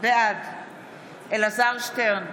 בעד אלעזר שטרן,